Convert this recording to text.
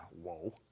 whoa